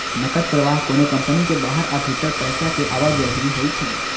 नकद प्रवाह कोनो कंपनी के बाहर आ भीतर पैसा के आवाजही होइ छै